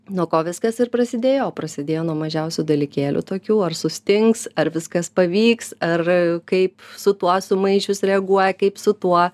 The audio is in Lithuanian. nuo ko viskas ir prasidėjo o prasidėjo nuo mažiausių dalykėlių tokių ar sustings ar viskas pavyks ar kaip su tuo sumaišius reaguoja kaip su tuo